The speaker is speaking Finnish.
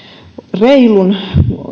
reilun